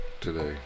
Today